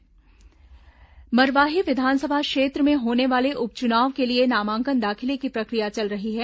मरवाही उपचुनाव मरवाही विधानसभा क्षेत्र में होने वाले उपचुनाव के लिए नामांकन दाखिले की प्रक्रिया चल रही है